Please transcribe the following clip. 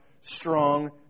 strong